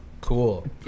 Cool